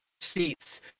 seats